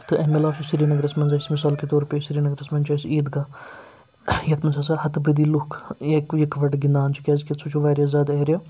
تہٕ اَمہِ علاوٕ چھُ سریٖنَگرَس منٛز أسۍ مِثال کے طور پے سریٖنگرَس منٛز چھِ اَسہِ عیٖدگاہ یَتھ منٛز ہسا ہَتہٕ بٔدی لُکھ ییٚکہِ یِکوَٹہٕ گِنٛدان چھِ کیاز کہِ سُہ چھُ واریاہ زیادٕ ایریا